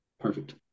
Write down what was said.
perfect